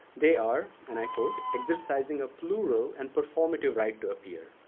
they are, and i quote, exercising a plural and performative right to appear.